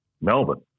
Melbourne